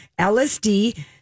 LSD